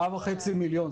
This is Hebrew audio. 4.5 מיליון,